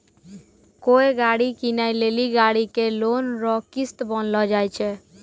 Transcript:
कोय गाड़ी कीनै लेली गाड़ी के लोन रो किस्त बान्हलो जाय छै